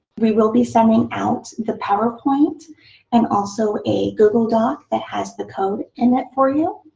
we will be sending out the powerpoint and also a google doc that has the code in it for you.